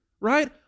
right